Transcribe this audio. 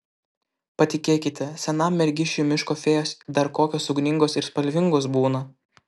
patikėkite senam mergišiui miško fėjos dar kokios ugningos ir spalvingos būna